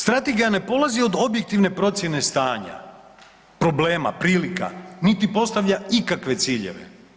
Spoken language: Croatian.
Strategija ne polazi od objektivne procjene stanja, problema, prilika, niti postavlja ikakve ciljeve.